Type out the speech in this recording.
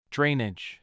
Drainage